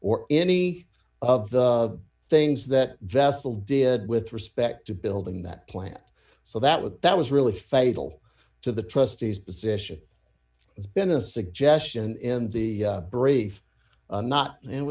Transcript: or any of the things that vessel did with respect to building that plant so that what that was really fatal to the trustees position has been a suggestion in the brief not it